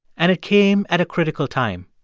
and it came at a critical time.